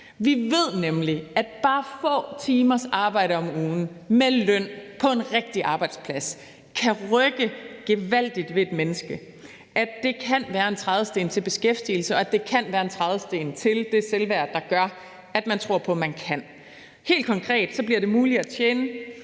Vi ved nemlig, at bare få timers arbejde om ugen med løn på en rigtig arbejdsplads kan rykke gevaldigt ved et menneske, at det kan være en trædesten til beskæftigelse, og at det kan være en trædesten til at få det selvværd, der gør, at man tror på, at man kan. Helt konkret bliver det for nogle muligt at tjene